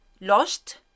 lost